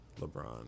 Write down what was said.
LeBron